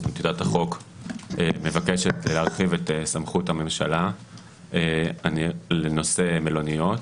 טיוטת החוק מבקשת להרחיב את סמכות הממשלה לנושא מלוניות.